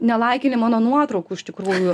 nelaikini mano nuotraukų iš tikrųjų